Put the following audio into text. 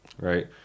right